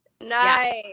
Nice